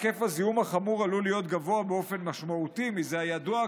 היקף הזיהום החמור עלול להיות גבוה באופן משמעותי מזה הידוע,